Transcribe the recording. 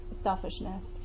selfishness